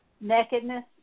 Nakedness